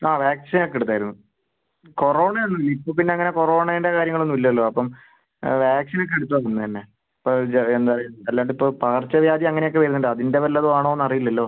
ആ വാക്സിൻ ഒക്കെ എടുത്തായിരുന്നു കൊറോണ ഒന്നുമില്ല ഇപ്പം പിന്നെ അങ്ങനെ കൊറോണേൻ്റ കാര്യങ്ങളൊന്നും ഇല്ലല്ലോ അപ്പം വാക്സിൻ ഒക്കെ എടുത്തു അന്നുതന്നെ അപ്പം എന്താണ് പറയുക അല്ലാണ്ട് ഇപ്പം പകർച്ചവ്യാധി അങ്ങനെ ഒക്കെ വരുന്നുണ്ട് അതിൻ്റെ വല്ലതും ആണോ എന്ന് അറിയില്ലല്ലോ